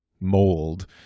mold